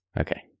Okay